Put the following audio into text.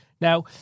Now